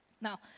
Now